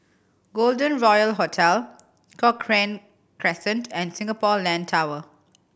Golden Royal Hotel Cochrane Crescent and Singapore Land Tower